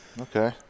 Okay